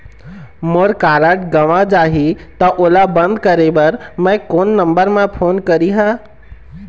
मोर card गंवा जाही त ओला बंद करें बर मैं कोन नंबर म फोन करिह?